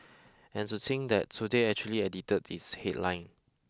and to think that today actually edited its headline